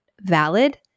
valid